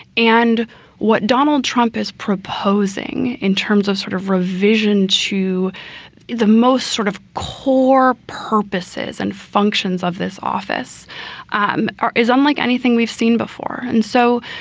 and what donald trump is proposing in terms of sort of revision to the most sort of core purposes and functions of this office um is unlike anything we've seen before. and so,